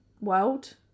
world